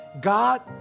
God